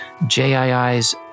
JII's